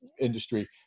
industry